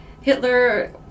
Hitler